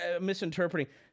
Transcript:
misinterpreting